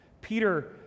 Peter